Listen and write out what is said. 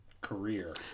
career